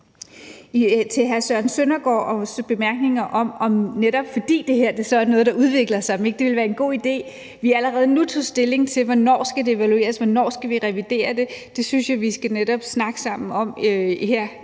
hr. Søren Søndergaards bemærkninger om, om det, netop fordi det her er noget, der udvikler sig, så ikke ville være en god idé, at vi allerede nu tog stilling til, hvornår det skal evalueres, og hvornår vi skal revidere det, vil jeg sige, at det synes jeg vi netop skal snakke sammen om her